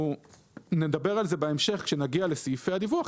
נדבר על זה בהמשך כשנגיע לסעיפי הדיווח.